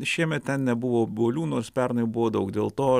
šiemet ten nebuvo obuolių nors pernai buvo daug dėl to